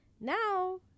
now